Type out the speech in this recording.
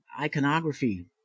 iconography